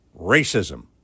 racism